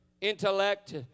intellect